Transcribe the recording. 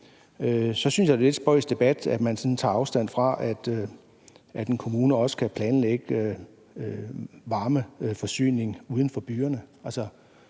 Så synes jeg, det er en lidt spøjs debat, at man sådan tager afstand fra, at en kommune også kan planlægge en varmeforsyning uden for byerne.